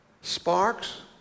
sparks